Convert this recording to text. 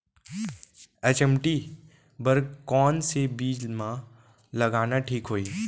HMT बर कौन से बीज मा लगाना ठीक होही?